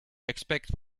expect